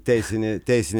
teisinė teisinė